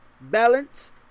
balance